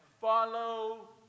follow